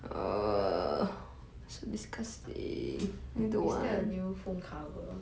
is that a new phone cover